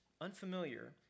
unfamiliar